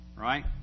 right